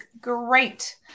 great